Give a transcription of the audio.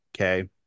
okay